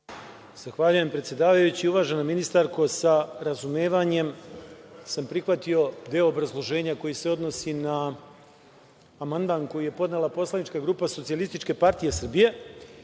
Zahvaljujem, predsedavajući. Uvažena ministarko, sa razumevanjem sam prihvatio deo obrazloženja koji se odnosi na amandman koji je podnela poslanička grupa SPS, s tim što